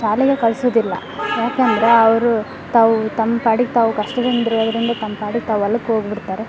ಶಾಲೆಗೆ ಕಳ್ಸೋದಿಲ್ಲ ಯಾಕಂದರೆ ಅವರು ತಾವು ತಮ್ಮ ಪಾಡಿಗೆ ತಾವು ಕಷ್ಟದಿಂದ ಇರೋದರಿಂದ ತಮ್ಮ ಪಾಡಿಗೆ ತಾವು ಹೊಲಕ್ ಹೋಗ್ ಬಿಡ್ತಾರೆ